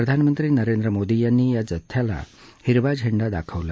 प्रधानमंत्री नरेंद्र मोदी यांनी या जत्थ्याला हिरवा झेंडा दाखवला